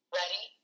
ready